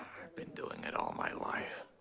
i've been doing it all my life.